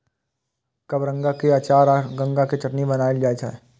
कबरंगा के अचार आ गंगा के चटनी बनाएल जाइ छै